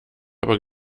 aber